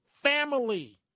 family